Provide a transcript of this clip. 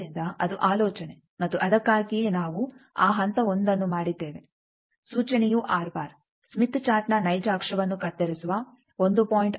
ಆದ್ದರಿಂದ ಅದು ಆಲೋಚನೆ ಮತ್ತು ಅದಕ್ಕಾಗಿಯೇ ನಾವು ಆ ಹಂತ 1 ಅನ್ನು ಮಾಡಿದ್ದೇವೆ ಸೂಚನೆಯು ಸ್ಮಿತ್ ಚಾರ್ಟ್ನ ನೈಜ ಅಕ್ಷವನ್ನು ಕತ್ತರಿಸುವ 1